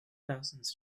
thousands